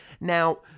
Now